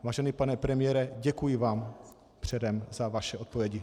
Vážený pane premiére, děkuji vám předem za vaše odpovědi.